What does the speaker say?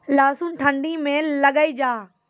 लहसुन ठंडी मे लगे जा?